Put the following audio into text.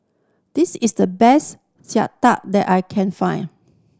this is the best that I can find